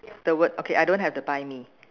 the word okay I don't have the buy me